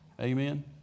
Amen